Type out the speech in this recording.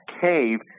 cave